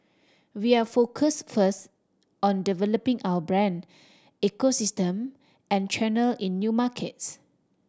we are focused first on developing our brand ecosystem and channel in new markets